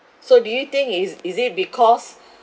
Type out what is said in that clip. so do you think is is it because